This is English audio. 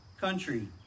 country